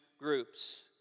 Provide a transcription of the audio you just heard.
groups